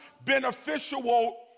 beneficial